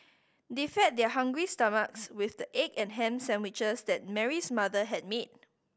they fed their hungry stomachs with the egg and ham sandwiches that Mary's mother had made